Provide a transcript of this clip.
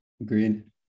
Agreed